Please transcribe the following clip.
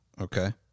Okay